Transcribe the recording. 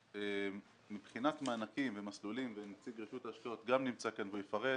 אומר שמבחינת מענקים ומסלולים ונציג רשות ההשקעות נמצא כאן והוא יפרט